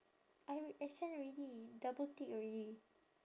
I I send already double tick already